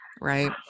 Right